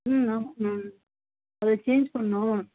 ஆமாம் மேம் அது ச்சேஞ் பண்ணணு